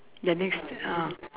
the next d~ uh